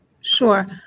Sure